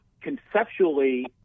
conceptually